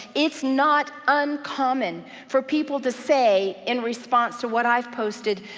it's not uncommon for people to say in response to what i've posted,